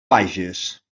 vages